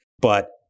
but-